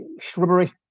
Shrubbery